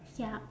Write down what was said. ya